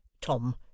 Tom